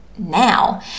now